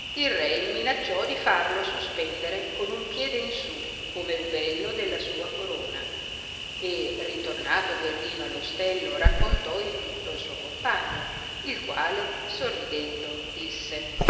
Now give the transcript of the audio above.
il re il minacciò di farlo suspendere con un piede in su come rubello della sua corona e ritornato guerrino all ostello raccontò il tutto al suo compagno il quale sorridendo disse